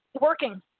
working